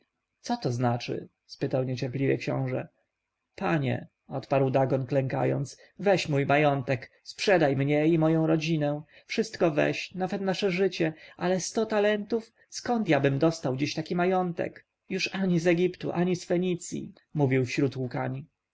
co to znaczy spytał niecierpliwie książę panie odparł dagon klękając weź mój majątek sprzedaj mnie i moją rodzinę wszystko weź nawet życie nasze ale sto talentów skądbym ja dostał dziś taki majątek już ani z egiptu ani z fenicji mówił wśród łkań